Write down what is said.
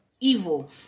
evil